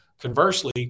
conversely